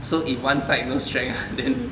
so if one side no strength ah then